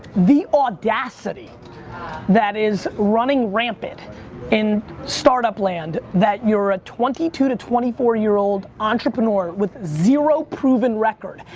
the audacity that is running rampant in startup land, that you're a twenty two to twenty four year old entrepreneur with zero proven record,